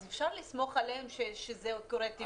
אז אפשר לסמוך עליהם שזה קורה טבעי?